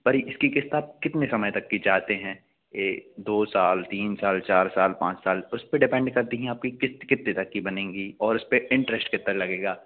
पर इसको क़िस्त आप कितने समय तक का चाहते हैं यह दो साल तीन साल चार साल पाँच साल उस पर डिपेंड करती है आपकी क़िस्त कितने तक की बनेगी और इस पर इंट्रेस्ट कितना लगेगा